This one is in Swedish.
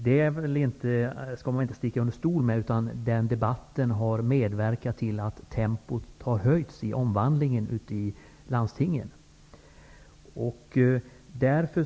Man skall väl inte sticka under stol med att den debatten har medverkat till att tempot i omvandlingen i landstingen har höjts.